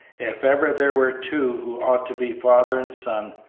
if ever there were two who ought to be father and son,